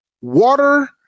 water